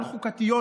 על-חוקתיות,